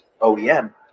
OEM